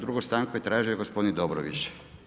Drugu stanku je tražio gospodin Dobrović.